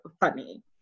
funny